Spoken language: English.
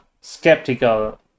skeptical